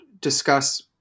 discuss